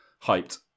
hyped